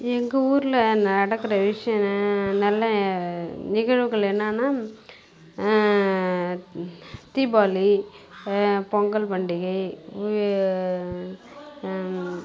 எங்கள் ஊரில் நடக்கிற விஷயம் ந நல்ல நிகழ்வுகள் என்னனால் தீபாவளி பொங்கல் பண்டிகை வ்